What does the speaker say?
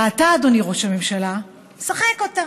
ואתה, אדוני ראש הממשלה, משחק אותה.